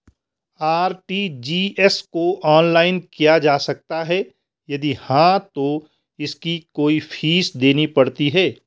RTGS को online किया जा सकता है यदि हाँ तो इसकी कोई फीस देनी पड़ती है?